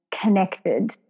connected